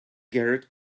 gerrit